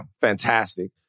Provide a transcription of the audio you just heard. fantastic